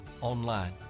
online